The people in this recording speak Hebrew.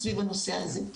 סביב הנושא הזה.